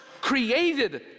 created